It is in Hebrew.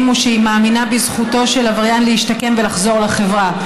הוא שהיא מאמינה בזכותו של עבריין להשתקם ולחזור לחברה.